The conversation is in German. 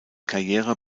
karriere